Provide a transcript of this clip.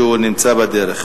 שנמצא בדרך.